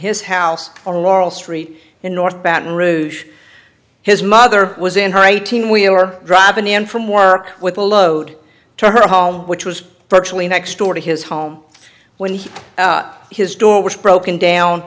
his house on laurel street in north baton rouge his mother was in her eighteen wheeler drive in and from work with a load to her home which was virtually next door to his home when he his door was broken down